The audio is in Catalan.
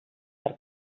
per